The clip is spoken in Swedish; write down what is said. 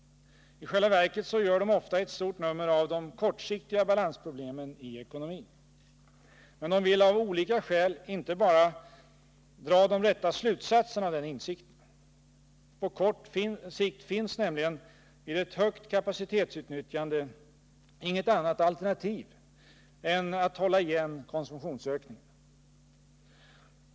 I själva verket gör de ofta ett stort nummer av de kortsiktiga balansproblemen i ekonomin, men de vill av olika skäl inte dra de rätta slutsatserna av den insikten. På kort sikt finns nämligen — vid ett högt kapacitetsutnyttjande — inget annat alternativ än att hålla igen konsumtionsökningen.